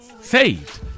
saved